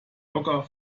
locker